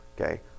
Okay